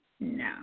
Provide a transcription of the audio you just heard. No